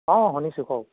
অ' শুনিছোঁ কওক